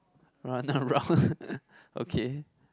run around okay